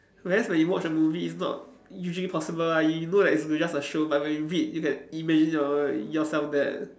whereas when you watch a movie it's not usually possible ah you know that it's just a show but when you read you can imagine your yourself there